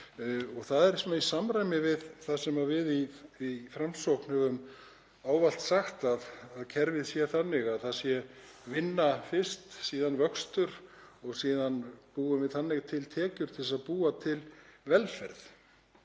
og það er í samræmi við það sem við í Framsókn höfum ávallt sagt, að kerfið sé þannig að það sé vinna fyrst, síðan vöxtur og þannig búum við til tekjur til þess að búa til velferð.